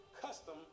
custom